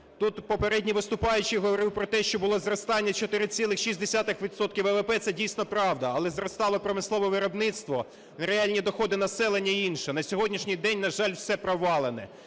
Тут попередній виступаючий говорив про те, що було зростання 4,6 відсотків ВВП. Це дійсно правда, але зростало промислове виробництво, не реальні доходи населення і інше. На сьогоднішній день, на жаль, все провалене,